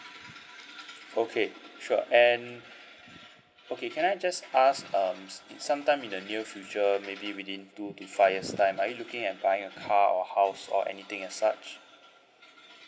okay sure and okay can I just ask um some time in the near future maybe within two to five years time are you looking at buying a car or a house or anything as such